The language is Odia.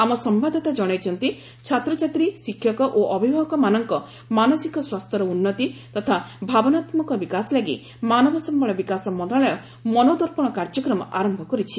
ଆମ ସମ୍ଭାଦଦାତା ଜଣାଇଛନ୍ତି ଛାତ୍ରଛାତ୍ରୀ ଶିକ୍ଷକ ଓ ଅଭିଭାବକମାନଙ୍କ ମାନସିକ ସ୍ୱାସ୍ଥ୍ୟର ଉନ୍ନତି ତଥା ଭାବନାତ୍ମକ ବିକାଶ ଲାଗି ମାନବ ସମ୍ଭଳ ବିକାଶ ମନ୍ତ୍ରଣାଳୟ ମନୋଦର୍ପଣ କାର୍ଯ୍ୟକ୍ରମ ଆରମ୍ଭ କରିଛି